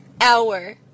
hour